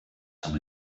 some